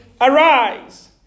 Arise